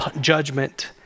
judgment